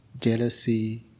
jealousy